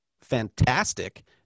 fantastic